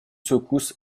secousses